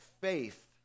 faith